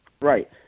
Right